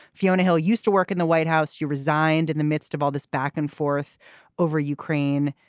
fiona hill used to work in the white house. you resigned in the midst of all this back and forth over ukraine.